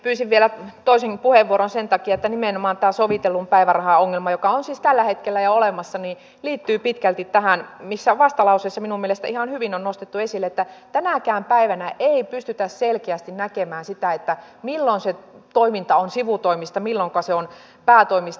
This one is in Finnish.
pyysin vielä toisenkin puheenvuoron sen takia että nimenomaan tämä sovitellun päivärahan ongelma joka on siis tällä hetkellä jo olemassa liittyy pitkälti tähän mikä vastalauseessa minun mielestäni ihan hyvin on nostettu esille että tänäkään päivänä ei pystytä selkeästi näkemään sitä milloin se toiminta on sivutoimista ja milloinka se on päätoimista